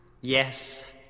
yes